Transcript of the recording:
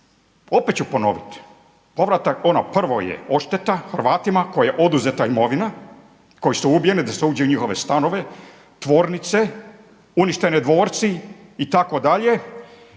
Opet ću ponoviti, ono prvo je odšteta Hrvatima kojima je oduzeta imovina, koji su ubijeni da se uđe u njihove stanove, tvornice, uništeni dvorci itd.